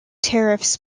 tariffs